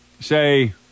Say